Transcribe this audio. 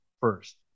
first